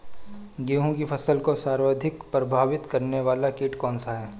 गेहूँ की फसल को सर्वाधिक प्रभावित करने वाला कीट कौनसा है?